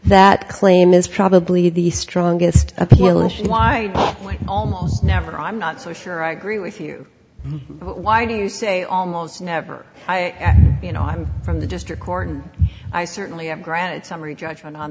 that claim is probably the strongest appeal and why almost never i'm not so sure i agree with you why do you say almost never you know i'm from the district court and i certainly have granted summary judgment on